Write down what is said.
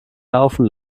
laufen